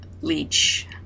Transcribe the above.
leech